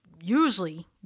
Usually